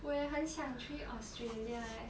我也很想去 australia eh